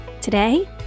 Today